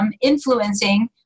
influencing